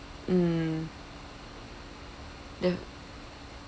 mm the